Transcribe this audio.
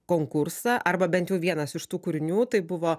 konkursą arba bent jau vienas iš tų kūrinių tai buvo